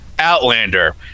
outlander